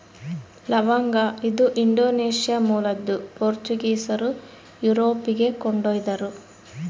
ಲವಂಗ ಇದು ಇಂಡೋನೇಷ್ಯಾ ಮೂಲದ್ದು ಪೋರ್ಚುಗೀಸರು ಯುರೋಪಿಗೆ ಕೊಂಡೊಯ್ದರು